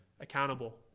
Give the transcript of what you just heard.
accountable